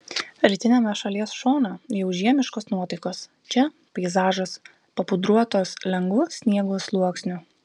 rytiniame šalies šone jau žiemiškos nuotaikos čia peizažas papudruotas lengvu sniego sluoksniu